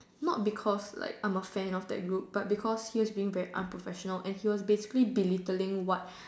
not because like I was a fan of that group but because he was being very unprofessional and he was basically belittling what